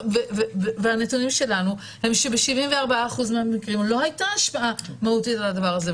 לפי הנתונים שלנו ב-74% מהמקרים לא הייתה השפעה מהותית על הדבר הזה.